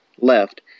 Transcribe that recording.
left